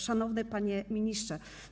Szanowny Panie Ministrze!